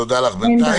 תודה לך בינתיים.